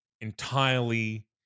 entirely